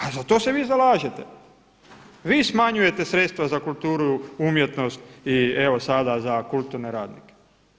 A za to se vi zalažete, vi smanjujete sredstva za kulturu, umjetnost i evo sada za kulturne radnike.